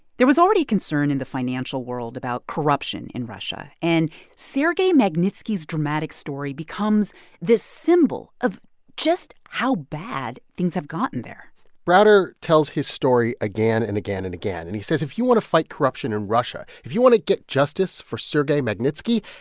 there was already concern in the financial world about corruption in russia. and sergei magnitsky's dramatic story becomes this symbol of just how bad things have gotten there browder tells his story again and again and again. and he says, if you want to fight corruption in russia, if you want to get justice for sergei magnitsky,